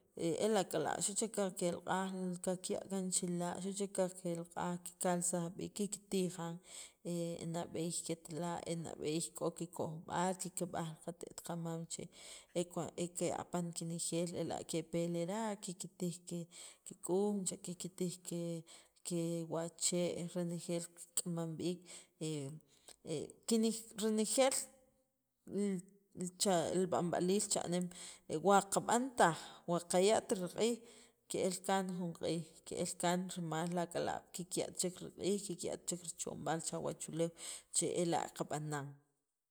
lak'alaab' xu' chek kikelq'aj qaya' kaan chila' xu' chek kikelq'aj, kikalsaj b'iik kiktijan nab'eey ketla' e nab'eey k'o kikojb'aal kikb'an qate't qamam che e cuan kepe apan kenejeel kepe lera' kiktij kik'un cha kiktij ke ke wachee' reneejeel kik'ama b'iik kine renejeel li che b'anb'aliil cha'neem waqab'an taj wa qaya' riq'iij ke'l kaan jun q'iij ke'el kaan rimal li ak'alaab' kikya't chek riq'iij kikya't che richomb'aal cha wachuleew che ela' qab'anan.